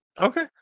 Okay